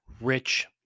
Rich